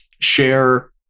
share